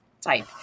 type